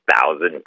thousand